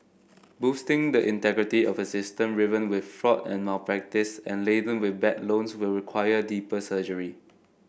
boosting the integrity of a system riven with fraud and malpractice and laden with bad loans will require deeper surgery